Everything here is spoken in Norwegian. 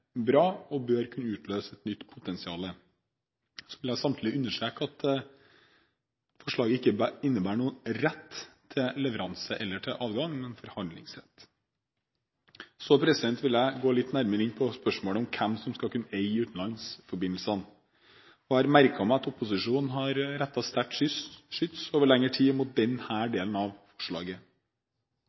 bra, og det bør kunne utløse nytt potensial. Jeg vil samtidig understreke at forslaget ikke innebærer noen rett til leveranse eller adgang, men forhandlingsrett. Så vil jeg gå litt nærmere inn på spørsmålet om hvem som skal kunne eie utenlandsforbindelsene. Jeg har merket meg at opposisjonen over lengre tid har rettet sterkt skyts mot denne delen av forslaget.